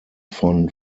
von